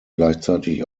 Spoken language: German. gleichzeitig